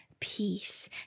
peace